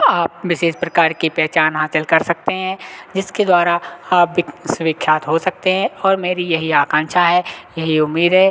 आप विशेष प्रकार की पहचान हासिल कर सकते हैं जिसके द्वारा आप विश्व विख्यात हो सकते हैं और मेरी यही आकांक्षा है यही उम्मीद है